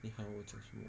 你还有我讲什么